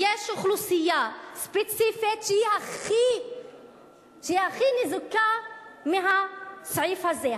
יש אוכלוסייה ספציפית שהכי ניזוקה מהסעיף הזה,